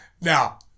Now